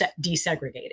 desegregated